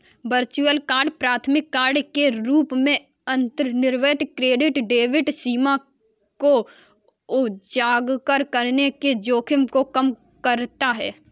virtual card प्राथमिक card के रूप में अंतर्निहित क्रेडिट डेबिट सीमा को उजागर करने के जोखिम को कम करता है